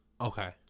Okay